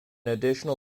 additional